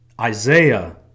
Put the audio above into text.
Isaiah